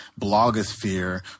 blogosphere